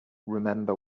remember